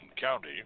County